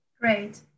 Great